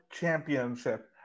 Championship